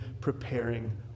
preparing